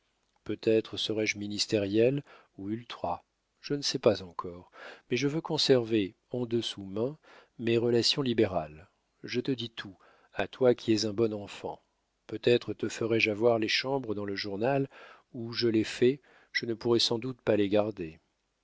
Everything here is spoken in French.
peut-être serai-je ministériel ou ultra je ne sais pas encore mais je veux conserver en dessous main mes relations libérales je te dis tout à toi qui es un bon enfant peut-être te ferais-je avoir les chambres dans le journal où je les fais je ne pourrai sans doute pas les garder